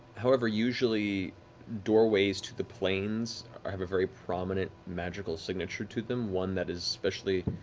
however, usually doorways to the planes have a very prominent magical signature to them, one that is especially,